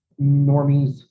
normies